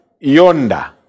yonder